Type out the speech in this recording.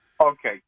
Okay